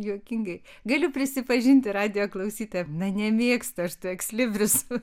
juokingai galiu prisipažinti radijo klausytojam nemėgstu aš tų ekslibrisų